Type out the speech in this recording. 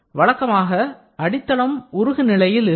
வழக்கமாக அடித்தளம் உருகுநிலையில் இருக்கும்